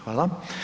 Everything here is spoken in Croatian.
Hvala.